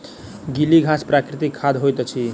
गीली घास प्राकृतिक खाद होइत अछि